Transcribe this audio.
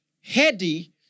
heady